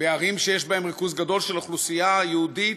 בערים שיש בהן ריכוז גדול של אוכלוסייה יהודית,